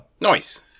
Nice